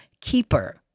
keeper